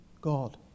God